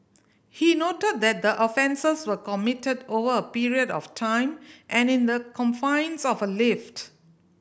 he noted that the offences were committed over a period of time and in the confines of a lift